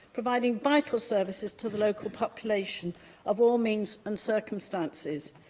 providing vital services to the local population of all means and circumstances.